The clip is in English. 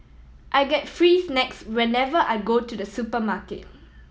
I get free snacks whenever I go to the supermarket